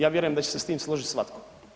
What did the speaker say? Ja vjerujem da će se s tim složiti svatko.